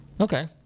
Okay